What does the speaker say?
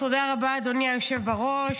תודה רבה, אדוני היושב-ראש.